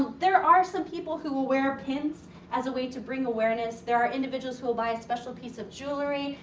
there are some people who will wear pins as a way to bring awareness. there are individuals who will buy a special piece of jewelry.